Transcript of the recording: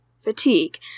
fatigue